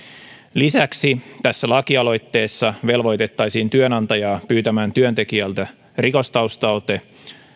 lisäksi tässä lakialoitteessa velvoitettaisiin työnantajaa pyytämän työntekijältä rikostaustaote